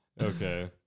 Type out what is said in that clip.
Okay